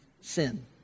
sin